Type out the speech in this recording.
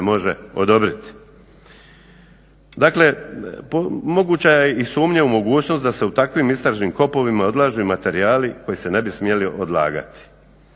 može odobriti. Dakle, moguća je i sumnja u mogućnost da se u takvim istražnim kopovima odlažu i materijali koji se ne bi smjeli odlagati.